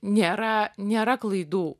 nėra nėra klaidų